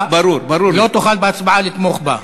לא תוכל בהצבעה לתמוך בה.